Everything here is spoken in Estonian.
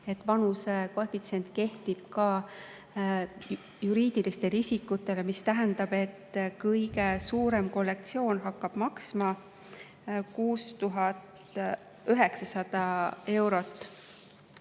vanuse koefitsient kehtib ka juriidilistele isikutele, mis tähendab, et kõige suurem kollektsioon hakkab maksma 6900 eurot.